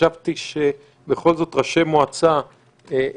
חשבתי שבכול זאת את ראשי המועצות נקדם.